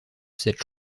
cette